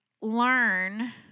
learn